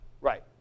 Right